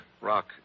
Rock